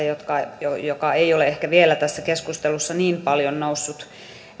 jotka eivät ole ehkä vielä tässä keskustelussa niin paljon nousseet